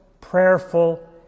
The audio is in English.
prayerful